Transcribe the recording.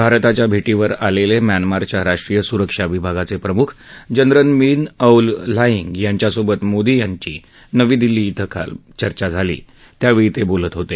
भारताच्या भेटीवर आलेले म्यानमारच्या राष्ट्रीय सुरक्षा विभागाचे प्रमुख जनरल मिन औल ल्हाईग यांच्यासोबत मोदी यांची नवी दिल्ली क्रे काल चर्चा झाली त्यावेळी ते बोलत होते